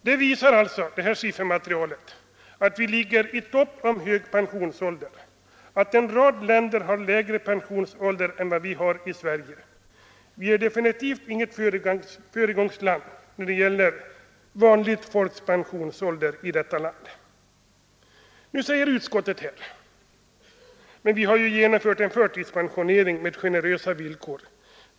Det här siffermaterialet visar att vi ligger i topp när det gäller hög pensionsålder och att en rad länder har lägre pensionsålder än vi har i Sverige. Vårt land är definitivt inget föregångsland när det gäller vanligt folks pensionsålder. Nu säger utskottet: Vi har genomfört en förtidspensionering med generösa villkor.